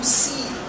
see